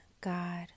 God